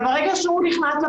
גם הדברים שערן אמר